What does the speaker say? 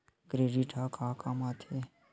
Credit ह का काम आथे?